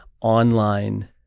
online